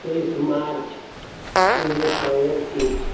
तेईस मार्च उन्नैस सए एकतीस